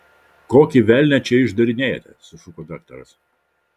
kokį velnią čia išdarinėjate sušuko daktaras